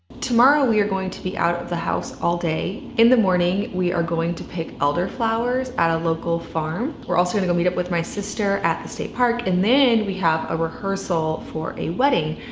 tomorrow we are going to be out of the house all day. in the morning we are going to pick alder flowers at a local farm. we're also going to go meet up with my sister at the state park, and then we have a rehearsal for a wedding.